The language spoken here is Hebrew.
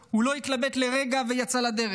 הוא לא התלבט לרגע ויצא לדרך.